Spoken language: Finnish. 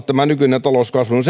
tämä nykyinen talouskasvu on